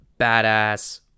badass